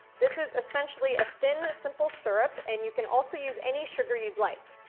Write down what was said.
this is essentially a thin simple syrup and you can also use any sugar you'd like.